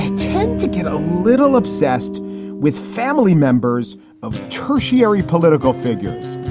i tend to get a little obsessed with family members of tertiary political figures.